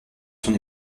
son